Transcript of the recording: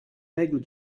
règles